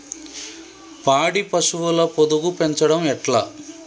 పాడి పశువుల పొదుగు పెంచడం ఎట్లా?